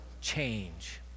change